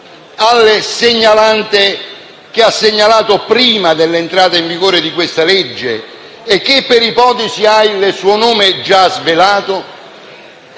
al segnalante che ha segnalato prima dell'entrata in vigore di questa legge e che, per ipotesi, abbia il suo nome già svelato?